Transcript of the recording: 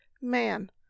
man